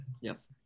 Yes